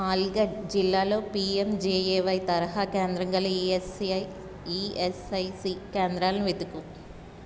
ఆల్గడ్ జిల్లాలో పియమ్జెఏవై తరహా కేంద్రం గల ఈయస్ఐ ఈయస్ఐసి కేంద్రాలను వెతుకుము